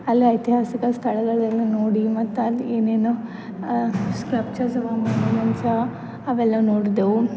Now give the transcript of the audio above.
ಅಲ್ಲೇ ಐತಿಹಾಸಿಕ ಸ್ಥಳಗಳನ್ನು ನೋಡಿ ಮತ್ತು ಅಲ್ಲಿ ಇನ್ನೇನು ಅವೆಲ್ಲ ನೋಡಿದೆವು